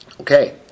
Okay